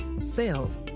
sales